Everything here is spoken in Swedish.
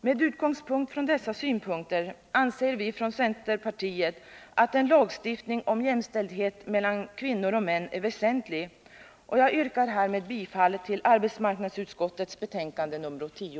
Med utgångspunkt i dessa synpunkter anser vi från centern att en lagstiftning om jämställdhet mellan kvinnor och män är väsentlig, och jag yrkar härmed bifall till arbetsmarknadsutskottets betänkande nr 10.